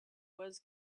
was